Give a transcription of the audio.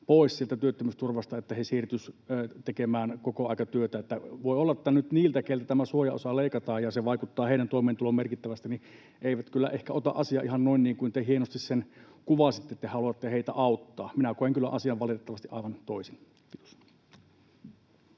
pois sieltä työttömyysturvasta, että he siirtyisivät tekemään kokoaikatyötä. Voi olla, että nyt ne, keiltä tämä suojaosa leikataan — ja se vaikuttaa heidän toimeentuloonsa merkittävästi — eivät kyllä ehkä ota asiaa ihan noin niin kuin te hienosti sen kuvasitte, että te haluatte heitä auttaa. Minä koen kyllä asian valitettavasti aivan toisin. — Kiitos.